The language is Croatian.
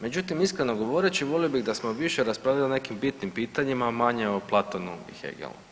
Međutim, iskreno govoreći volio bih da smo više raspravljali o nekim bitnim pitanjima, a manje o Platonu i Hegelu.